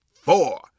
four